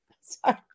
Sorry